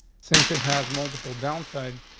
since it has multiple downsides,